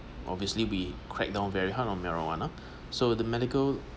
obviously be crackdown very high on marijuana so the medical